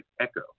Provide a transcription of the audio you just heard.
ECHO